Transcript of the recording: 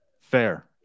fair